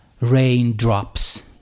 raindrops